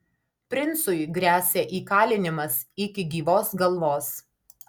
princui gresia įkalinimas iki gyvos galvos